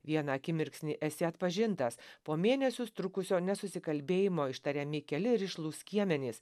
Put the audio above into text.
vieną akimirksnį esi atpažintas po mėnesius trukusio nesusikalbėjimo ištariami keli rišlūs skiemenys